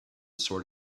sort